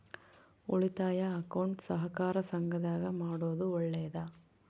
ಉಳಿತಾಯ ಅಕೌಂಟ್ ಸಹಕಾರ ಸಂಘದಾಗ ಮಾಡೋದು ಒಳ್ಳೇದಾ?